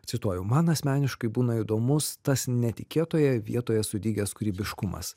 cituoju man asmeniškai būna įdomus tas netikėtoje vietoje sudygęs kūrybiškumas